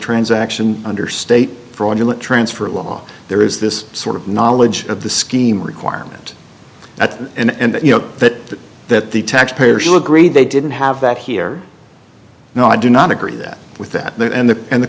transaction under state fraudulent transfer law there is this sort of knowledge of the scheme requirement that in and that you know that that the taxpayer should grade they didn't have that here no i do not agree that with that and the and the